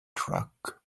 truck